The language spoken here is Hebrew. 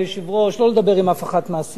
לא לדבר עם אף אחת מהסיעות הפעם,